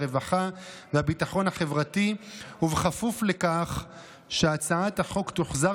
הרווחה והביטחון החברתי וכפוף לכך שהצעת החוק תוחזר